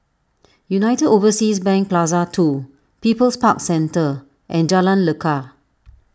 United Overseas Bank Plaza two People's Park Centre and Jalan Lekar